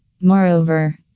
Moreover